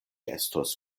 estos